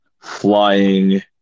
flying